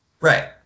Right